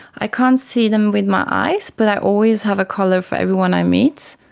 i can't see them with my eyes but i always have a colour for everyone i meet.